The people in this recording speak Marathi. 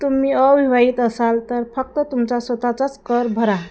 तुम्ही अविवाहित असाल तर फक्त तुमचा स्वतःचाच कर भरा